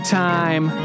time